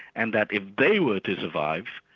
and that if they were to survive,